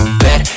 bed